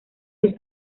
sus